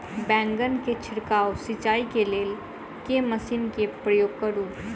बैंगन केँ छिड़काव सिचाई केँ लेल केँ मशीन केँ प्रयोग करू?